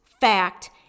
fact